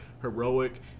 heroic